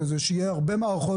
שיהיו הרבה מערכות,